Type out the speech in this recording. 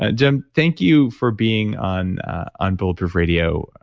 ah jim, thank you for being on on bulletproof radio.